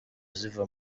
ziva